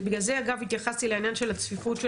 בגלל זה אגב התייחסתי לעניין של הצפיפות של